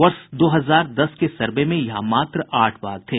वर्ष दो हजार दस के सर्वे में यहां मात्र आठ बाघ थे